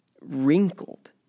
wrinkled